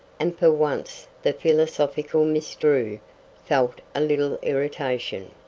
and for once the philosophical miss drew felt a little irritation.